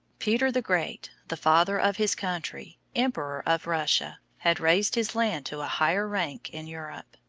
peter the great, the father of his country, emperor of russia, had raised his land to a higher rank in europe.